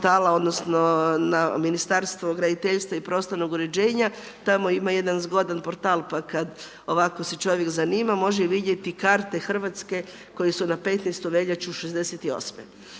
odnosno, na Ministarstvo graditeljstva i prostornog uređenja, tamo ima jedan zgodan portal, pa kada ovako se čovjek zanima, može vidjeti karte Hrvatske, koji su na 15. veljaču '68.